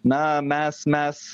na mes mes